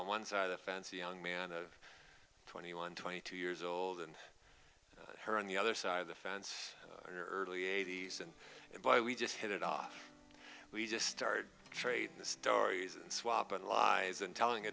on one side of the fence a young man of twenty one twenty two years old and her on the other side of the fence early eighties and boy we just hit it off we just started trading the stories and swapping lies and telling